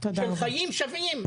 של חיים שווים.